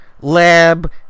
lab